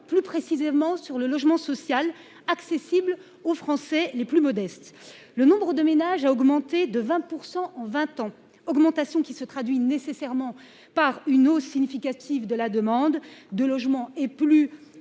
plus précisément sur le logement social accessible aux Français les plus modestes. Le nombre de ménages a augmenté de 20% en 20 ans. Augmentation qui se traduit nécessairement par une hausse significative de la demande de logement et plus